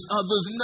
others